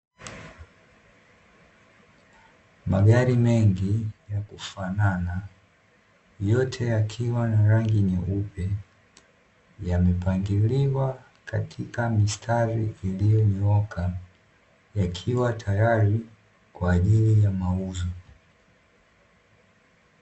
Magari mengi ya kufanana, yote yakiwa na rangi nyeupe, yamepangiliwa katika mistari iliyonyooka, yakiwa tayari kwa ajili ya mauzo.